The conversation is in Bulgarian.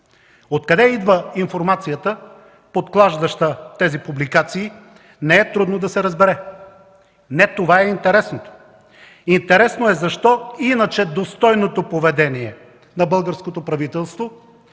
Откъде идва информацията, подклаждаща тези публикации, не е трудно да се разбере. Не това е интересното. Интересно е защо иначе достойното поведение на българското правителство,